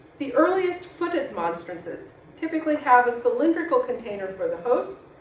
the earliest footed monstrances typically have a cylindrical container for the host,